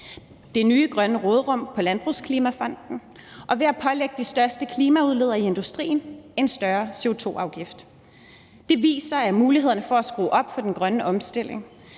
det nye grønne råderum fra Landbrugsklimafonden og ved at pålægge de største klimaudledere i industrien en større CO2-afgift. Det viser, at mulighederne for at skrue op for den grønne omstilling